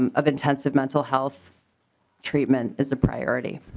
um of intensive mental health treatment is a priority.